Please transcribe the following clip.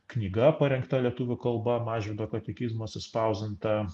knyga parengta lietuvių kalba mažvydo katekizmas išspausdinta